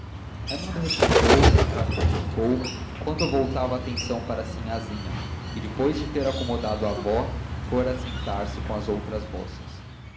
raimundo replicou ela treplicou enquanto eu voltava a atenção para sinhazinha que depois de ter acomodado a avó fora sentar-se com as outras moças